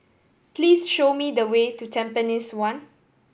please show me the way to Tampines One